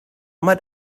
might